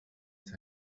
els